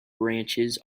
branches